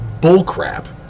bullcrap